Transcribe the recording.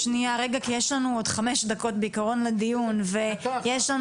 שניה רגע כי יש לנו עוד חמש דקות בעקרון לדיון ויש לנו